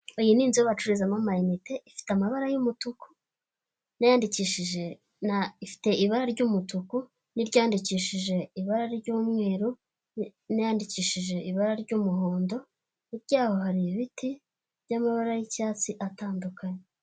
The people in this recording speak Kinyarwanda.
Iyi ni inzu yo bacururizamo amayinite. Ifite amabara y'umutuku nayandikishije ifite ibara ry'umutuku n'iryandikishije ibara ry'umweru n'iyandikishije ibara ry'umuhondo. Hirya yaho hari ibiti by'amabara y'icyatsi atandukanye.